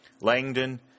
Langdon